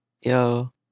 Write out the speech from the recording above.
Yo